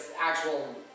actual